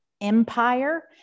empire